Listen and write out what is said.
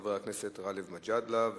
חבר הכנסת גאלב מג'אדלה,